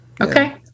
Okay